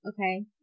okay